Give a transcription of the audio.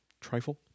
trifle